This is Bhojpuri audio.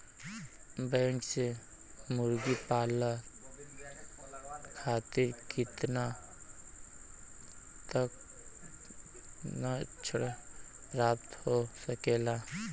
बैंक से मुर्गी पालन खातिर कितना तक ऋण प्राप्त हो सकेला?